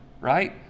right